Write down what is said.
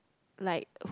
like